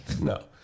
No